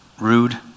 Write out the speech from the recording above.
rude